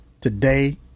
today